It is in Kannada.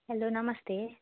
ಹಲೋ ನಮಸ್ತೆ